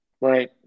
Right